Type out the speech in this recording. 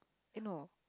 eh no